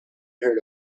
heard